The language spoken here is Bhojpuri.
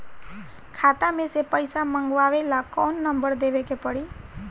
खाता मे से पईसा मँगवावे ला कौन नंबर देवे के पड़ी?